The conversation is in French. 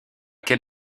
ken